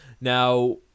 Now